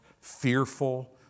fearful